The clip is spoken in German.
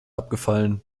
abgefallen